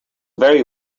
very